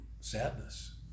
sadness